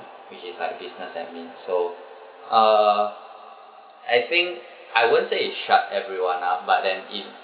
which is like a business admin so uh I think I won't say is shut everyone up but then it